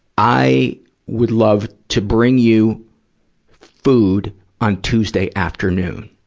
i would love to bring you food on tuesday afternoon.